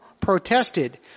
protested